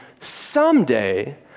someday